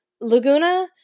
Laguna